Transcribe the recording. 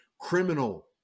criminal